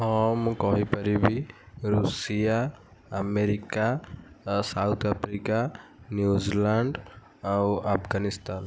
ହଁ ମୁଁ କହିପାରିବି ଋଷିଆ ଆମେରିକା ସାଉଥ୍ଆଫ୍ରିକା ନିଉଜଲ୍ୟାଣ୍ଡ୍ ଆଉ ଆଫଗାନିସ୍ତାନ